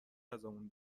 ازمون